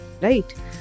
Right